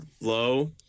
low